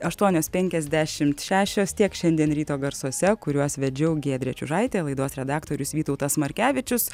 aštuonios penkiasdešim šešios tiek šiandien ryto garsuose kuriuos vedžiau giedrė čiužaitė laidos redaktorius vytautas markevičius